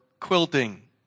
quilting